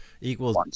equals